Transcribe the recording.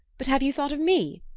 but have you thought of me?